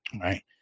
Right